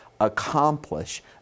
accomplish